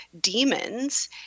demons